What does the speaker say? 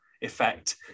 effect